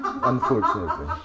Unfortunately